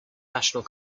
national